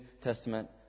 Testament